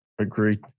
Agreed